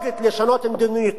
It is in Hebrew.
לשנות את מדיניותה,